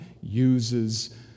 uses